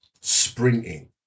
sprinting